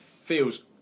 feels